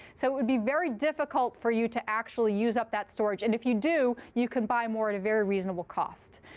so it would be very difficult for you to actually use up that storage. and if you do, you can buy more at a very reasonable cost.